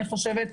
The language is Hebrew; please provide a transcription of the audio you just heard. אני חושבת.